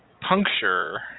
Puncture